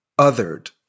othered